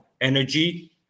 energy